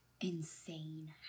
insane